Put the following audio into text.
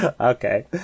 Okay